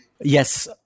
Yes